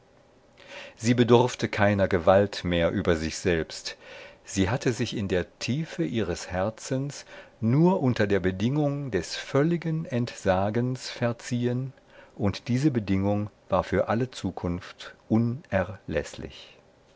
sie bedurfte keiner gewalt mehr über sich selbst sie hatte sich in der tiefe ihres herzens nur unter der bedingung des völligen entsagens verziehen und diese bedingung war für alle zukunft